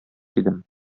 идем